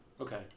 Okay